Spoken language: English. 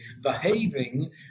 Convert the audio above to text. behaving